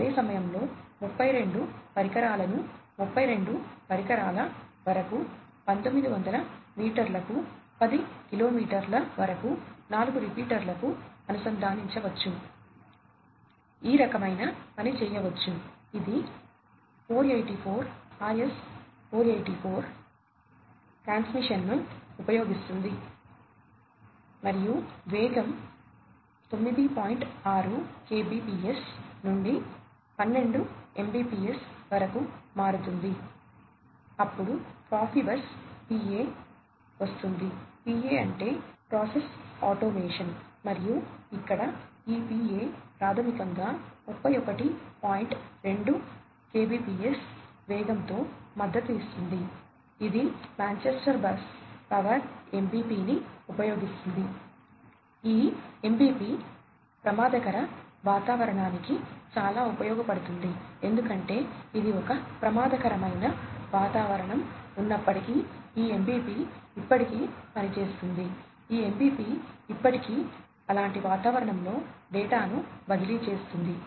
అప్పుడు Profibus PA వస్తుంది PA అంటే ప్రాసెస్ ఆటోమేషన్ బదిలీ చేస్తుంది